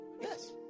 yes